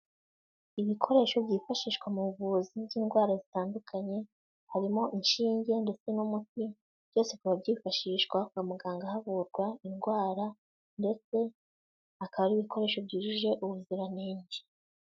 Ibikoresho byifashishwa mu buvuzi bw'indwara zitandukanye harimo inshinge ndetse n'umuti, byose bikaba byifashishwa kwa muganga havurwa indwara ndetse akaba ari ibikoresho byujuje ubuziranenge.